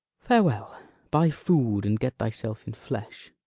farewell buy food and get thyself in flesh